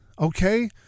Okay